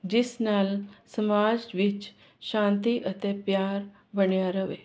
ਜਿਸ ਨਾਲ ਸਮਾਜ ਵਿੱਚ ਸ਼ਾਂਤੀ ਅਤੇ ਪਿਆਰ ਬਣਿਆ ਰਵੇ